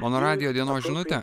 mano radijo dienos žinutė